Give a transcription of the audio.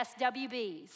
SWBs